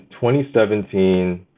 2017